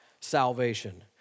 salvation